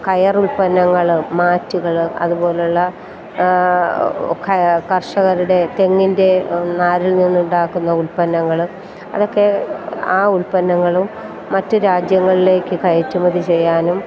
കയർ ഉൽപ്പന്നങ്ങൾ മാറ്റുകൾ അതുപോലുള്ള കയർ കർഷകരുടെ തെങ്ങിൻ്റെ നാരിൽ നിന്നുണ്ടാക്കുന്ന ഉൽപ്പന്നങ്ങൾ അതൊക്കെ ആ ഉൽപ്പന്നങ്ങളും മറ്റ് രാജ്യങ്ങളിലേക്ക് കയറ്റുമതി ചെയ്യാനും